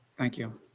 thank you.